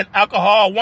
alcohol